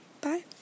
Bye